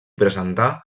presentà